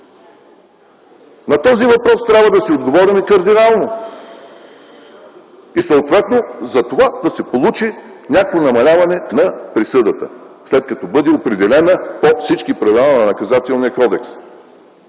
На този въпрос трябва да си отговорим кардинално и съответно за това да се получи някакво намаляване на присъдата, след като бъде определена по всички правила на Наказателния кодекс.